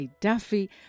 Duffy